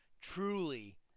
truly